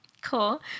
cool